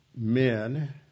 men